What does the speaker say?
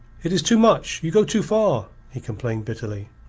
it is too much! you go too far! he complained bitterly.